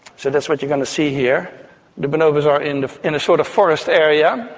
so that's what you're going to see here. the bonobos are in in a sort of forest area,